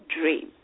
dream